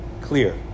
clear